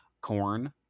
corn